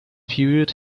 period